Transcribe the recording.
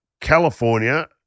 California